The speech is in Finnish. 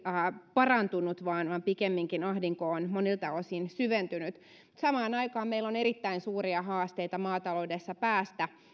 parantunut vaan vaan pikemminkin ahdinko on monilta osin syventynyt samaan aikaan meillä on erittäin suuria haasteita maataloudessa päästä